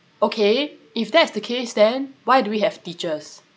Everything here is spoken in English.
okay if that's the case then why do we have teachers